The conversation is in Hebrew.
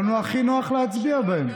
היה לנו הכי נוח להצביע בעדם.